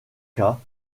cas